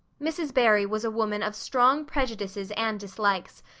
mrs. barry was a woman of strong prejudices and dislikes,